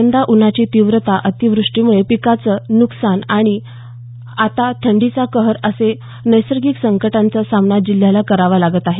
यंदा उन्हाची तीव्रता अतिवृष्टीम्ळे पिकाचे न्कसान आणि आता थंडीचा कहर अशा नैसर्गिक संकटांचा सामना जिल्ह्याला करावा लागला आहे